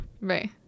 right